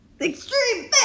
Extreme